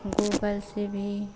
Google से भी